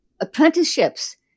apprenticeships